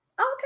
Okay